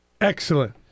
Excellent